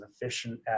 efficient